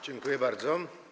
Dziękuję bardzo.